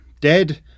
Dead